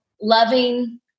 loving